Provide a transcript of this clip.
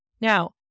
Now